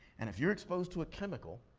and if you're exposed to a chemical